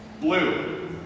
Blue